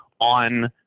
on